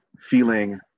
feeling